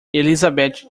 elizabeth